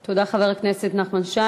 תודה, חבר הכנסת נחמן שי.